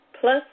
plus